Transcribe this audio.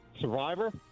Survivor